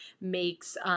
makes